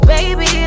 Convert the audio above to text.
Baby